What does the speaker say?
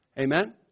Amen